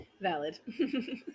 Valid